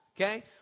Okay